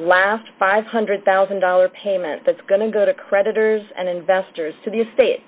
last five hundred thousand dollars payment that's going to go to creditors and investors to the estate